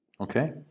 Okay